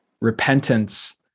repentance